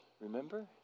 remember